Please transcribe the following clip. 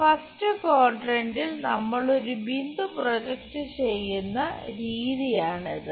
first ക്വാഡ്രന്റിൽ നമ്മൾ ഒരു ബിന്ദു പ്രൊജക്റ്റ് ചെയ്യുന്ന രീതിയാണിത്